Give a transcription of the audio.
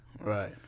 Right